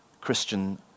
Christian